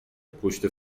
پشت